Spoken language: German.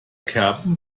kerben